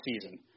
season